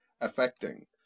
affecting